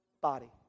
body